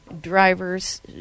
drivers